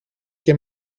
και